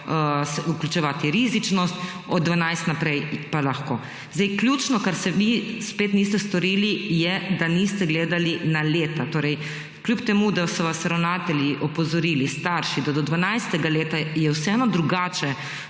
vključevati rizičnost, od 12. naprej pa lahko. Ključno, česar vi spet niste storili, je, da niste gledali na leta, in to kljub temu, da so vas ravnatelji opozorili, starši, da je do 12. leta vseeno drugačno